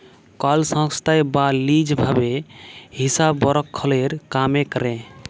call সংস্থায় বা lease ভাবে হিসাবরক্ষলের কামে ক্যরে